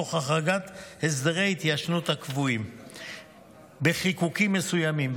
תוך החרגת הסדרי התיישנות הקבועים בחיקוקים מסוימים.